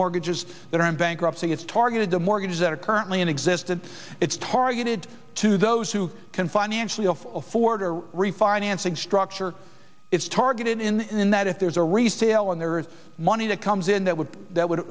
mortgages that are in bankruptcy is targeted to mortgages that are currently in existence it's targeted to those who can financially of afford or are refinancing structure is targeted in that if there's a resale and there is money that comes in that would that would